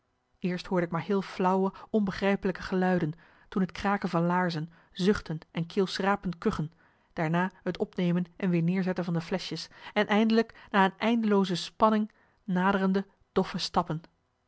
eerst hoorde ik maar heel flauwe onbegrijpelijke marcellus emants een nagelaten bekentenis geluiden toen het kraken van laarzen zuchten en keelschrapend kuchen daarna het opnemen en weer neerzetten van de fleschjes en eindelijk na een eindelooze spanning naderende doffe stappen